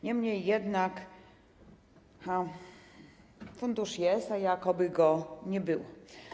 Niemniej jednak fundusz jest, a jakoby go nie było.